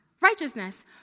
Righteousness